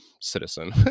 citizen